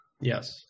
yes